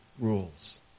rules